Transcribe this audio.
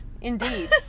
Indeed